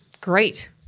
Great